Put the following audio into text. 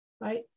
right